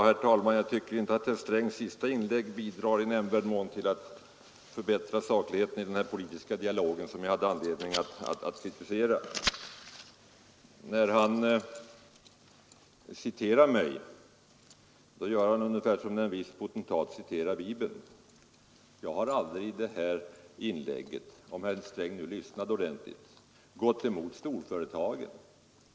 Herr talman! Jag tycker inte att herr Strängs senaste inlägg bidrar i nämnvärd mån till att förbättra sakligheten i den politiska dialog som jag hade anledning att kritisera tidigare. Herr Sträng citerar mig ungefär som en viss potentat citerar Bibeln. Jag har inte i mitt inlägg — jag hoppas herr Sträng nu lyssnar ordentligt — gått emot storföretagen.